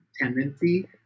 tendency